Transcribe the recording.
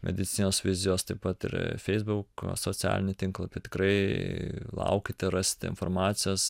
medicinos vizijos taip pat ir feisbuko socialinį tinklą tad tikrai laukite rasti informacijos